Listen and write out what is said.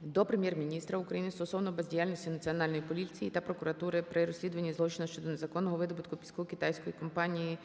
до Прем'єр-міністра України стосовно бездіяльності Національної поліції та прокуратури при розслідуванні злочину щодо незаконного видобутку піску китайською компанією